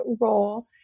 role